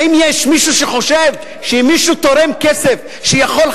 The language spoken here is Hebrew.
האם יש מישהו שחושב שאם מישהו תורם כסף שיכול,